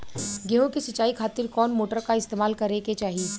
गेहूं के सिंचाई खातिर कौन मोटर का इस्तेमाल करे के चाहीं?